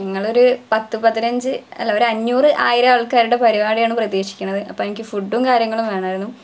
ഞങ്ങളൊരു പത്ത് പതിനഞ്ച് അല്ല ഒരഞ്ഞൂറ് ആയിരം ആൾക്കാരുടെ പരിപാടിയാണ് പ്രതീക്ഷിക്കുന്നത് അപ്പോള് എനിക്ക് ഫുഡും കാര്യങ്ങളും വേണമായിരുന്നു